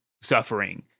suffering